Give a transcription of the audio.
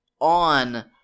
on